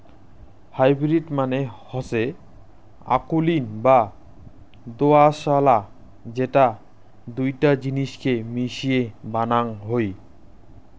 hybrid মানে হসে অকুলীন বা দোআঁশলা যেটা দুইটা জিনিসকে মিশিয়ে বানাং হই